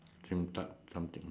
same time something